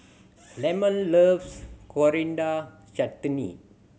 Lemon loves Coriander Chutney